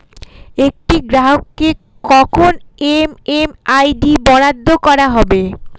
একটি গ্রাহককে কখন এম.এম.আই.ডি বরাদ্দ করা হবে?